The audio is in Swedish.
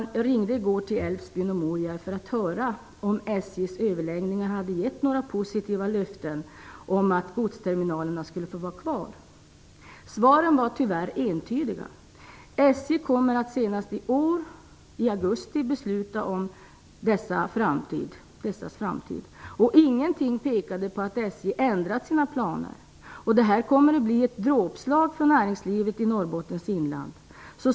Jag ringde i går till Älvsbyn och Morjärv för att höra om SJ:s överläggningar hade gett några positiva löften om att godsterminalerna skulle få vara kvar. Svaren var tyvärr entydiga. SJ kommer att besluta om deras framtid senast i augusti i år. Ingenting pekade på att SJ ändrat sina planer. Detta kommer att bli ett dråpslag för näringslivet i Norrbottens inland.